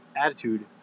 attitude